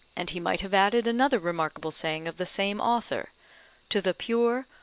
and he might have added another remarkable saying of the same author to the pure,